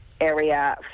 area